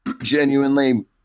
genuinely